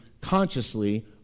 consciously